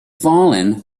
fallen